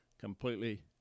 completely